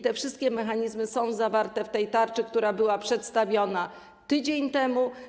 Te wszystkie mechanizmy są zawarte w tej tarczy, która była przedstawiona tydzień temu.